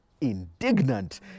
indignant